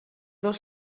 dos